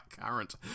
current